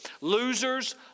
Losers